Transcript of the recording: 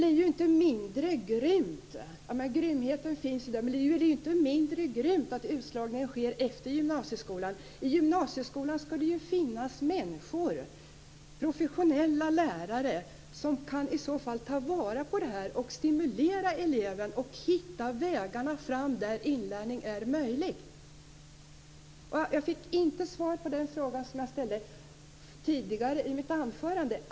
Grymheten finns ju där, men det blir ju inte mindre grymt att utslagningen sker efter gymnasieskolan. I gymnasieskolan skall det ju finnas människor, professionella lärare, som kan ta vara på detta, stimulera eleven och hitta vägar fram där inlärning är möjlig. Jag fick inte svar på den fråga som jag ställde i mitt anförande.